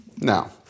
Now